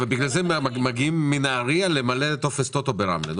בגלל זה מגיעים מנהריה למלא טופס טוטו ברמלה?